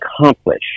accomplish